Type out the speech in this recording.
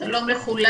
שלום לכולם.